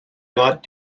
not